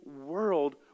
world